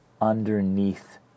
underneath